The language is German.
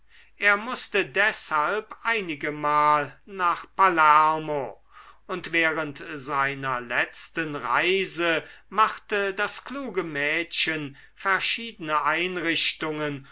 er mußte deshalb einigemal nach palermo und während seiner letzten reise machte das kluge mädchen verschiedene einrichtungen